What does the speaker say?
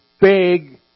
big